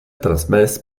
transmès